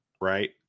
Right